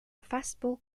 fastball